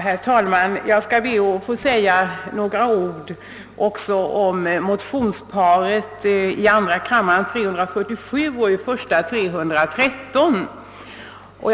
Herr talman! Jag ber att få säga några ord också om motionsparet I: 313 och II: 347.